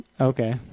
Okay